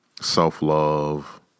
self-love